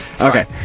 Okay